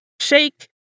shake